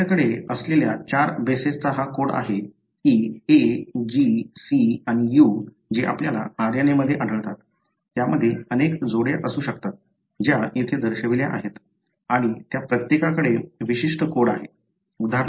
तर आपल्याकडे असलेल्या 4 बेसेसचा हा कोड आहे की A G C आणि U जे आपल्याला RNA मध्ये आढळतात त्यामध्ये अनेक जोड्या असू शकतात ज्या येथे दर्शविल्या आहेत आणि त्या प्रत्येकाकडे विशिष्ट कोड आहे